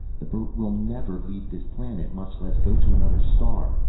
the boat will never leave this planet, much less go to another star.